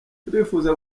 turifuza